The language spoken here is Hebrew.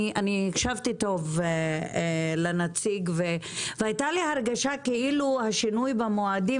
הקשבתי טוב לנציג והייתה לי הרגשה כאילו השינוי במועדים